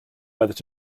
whether